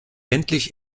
endlich